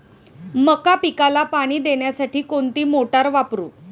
मका पिकाला पाणी देण्यासाठी कोणती मोटार वापरू?